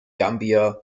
gambia